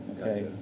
Okay